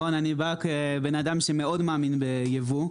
אני בא כבן אדם שמאוד מאמין בייבוא.